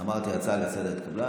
לסדר-היום התקבלה,